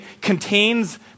contains